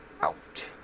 Out